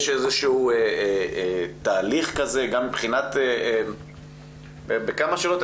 יש איזשהו תהליך כזה בכמה שאלות?